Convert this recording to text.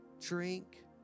drink